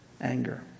anger